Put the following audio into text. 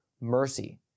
mercy